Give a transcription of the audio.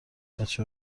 بچه